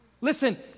Listen